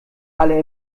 alle